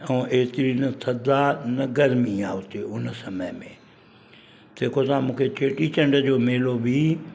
ऐं एतिरी न थदि आहे न गरमी आहे उते उन समय में जेको तव्हां मूंखे चेटी चंड जो मेलो बि